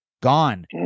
gone